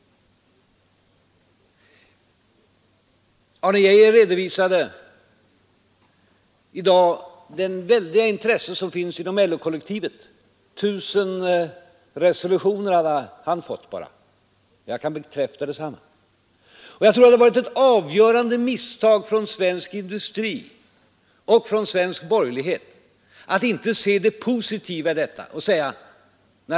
Arne Geijer redovisade i dag det väldiga intresse som finns inom LO-kollektivet — han hade fått 1 000 resolutioner, och jag kan bekräfta att intresset är mycket stort. Jag tror det var ett avgörande misstag från svensk industri och svensk borgerlighet att inte se det positiva i detta.